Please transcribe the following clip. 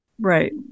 right